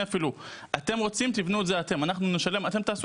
אמרו שמוכנים לשלם ושאם הם מעדיפים